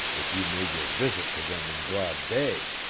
if you made your visit to them in broad day?